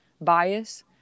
bias